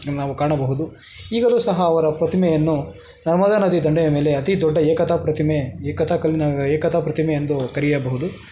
ನಾವು ಕಾಣಬಹುದು ಈಗಲೂ ಸಹ ಅವರ ಪ್ರತಿಮೆಯನ್ನು ನರ್ಮದಾ ನದಿ ದಂಡೆಯ ಮೇಲೆ ಅತೀ ದೊಡ್ಡ ಏಕತಾ ಪ್ರತಿಮೆ ಏಕತಾ ಕಲ್ಲಿನ ಏಕತಾ ಪ್ರತಿಮೆ ಎಂದು ಕರೆಯಬಹುದು